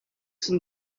some